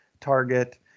target